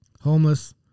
Homeless